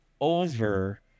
over